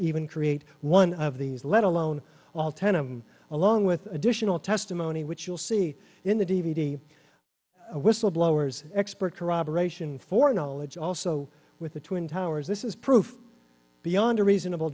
even create one of these let alone all ten um along with additional testimony which you'll see in the d v d whistleblowers expert corroboration for knowledge also with the twin towers this is proof beyond a reasonable